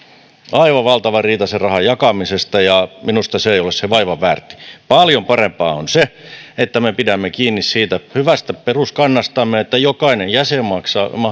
aivan valtava riita sen rahan jakamisesta ja minusta se ei ole sen vaivan väärtti paljon parempaa on se että me pidämme kiinni siitä hyvästä peruskannastamme että jokainen